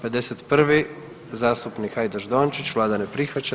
51. zastupnik Hajdaš Dončić, Vlada ne prihvaća.